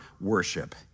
worship